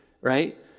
right